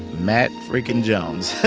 matt freaking jones ok